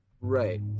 right